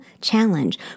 challenge